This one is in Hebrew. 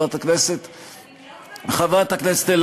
חברת הכנסת,